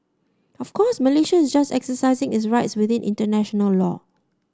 of course Malaysia is just exercising its rights within international law